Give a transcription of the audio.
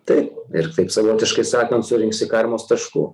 taip ir taip savotiškai sakant surinksi karmos taškų